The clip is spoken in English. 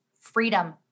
freedom